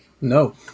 No